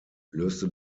löste